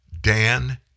dan